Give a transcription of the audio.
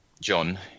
John